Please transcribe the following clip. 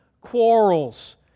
quarrels